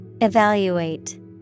Evaluate